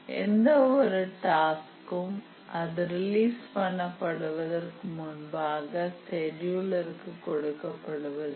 எந்த ஒரு டாஸ்க்கும் அது ரிலீஸ் பண்ண படுவதற்கு முன்பாக செடுயூலருக்கு கொடுக்கப்படுவதில்லை